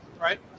right